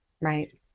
right